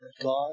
God